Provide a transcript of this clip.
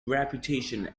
reputation